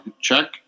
check